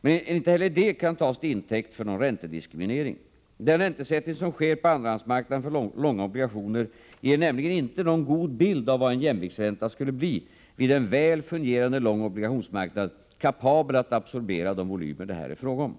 Men inte heller detta kan tas till intäkt för någon räntediskriminering. Den räntesättning som sker på andrahandsmarknaden för långa obligationer ger nämligen inte någon god bild av vad en jämviktsränta skulle bli vid en väl fungerande lång obligationsmarknad kapabel att absorbera de volymer det här är fråga om.